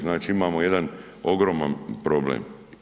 Znači imamo jedan ogroman problem.